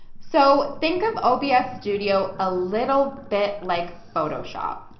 so think of obs studio a little bit like photoshop.